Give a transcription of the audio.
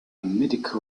medical